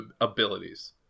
abilities